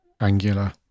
Angular